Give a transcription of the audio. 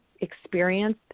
experience